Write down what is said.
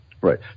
Right